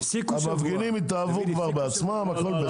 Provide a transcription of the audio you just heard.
המפגינים התאהבו בעצמם והכול בסדר.